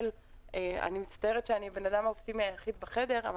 אני מצטערת שאני האדם האופטימי היחיד בחדר אבל